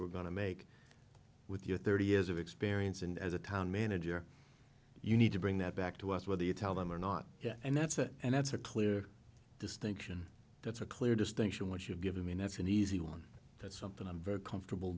were going to make with your thirty years of experience and as a town manager you need to bring that back to us whether you tell them or not yet and that's it and that's a clear distinction that's a clear distinction which you've given me and that's an easy one that's something i'm very comfortable